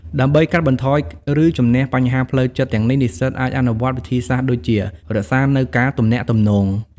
ដើម្បីកាត់បន្ថយ ឬជម្នះបញ្ហាផ្លូវចិត្តទាំងនេះ និស្សិតអាចអនុវត្តវិធីសាស្រ្តដូចជា រក្សានូវការទំនាក់ទំនង។